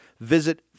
Visit